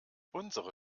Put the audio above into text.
unsere